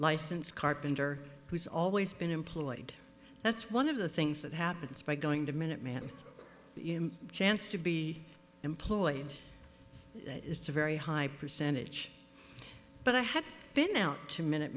license carpenter who's always been employed that's one of the things that happens by going to minuteman chance to be employed it's a very high percentage but i had been out to minute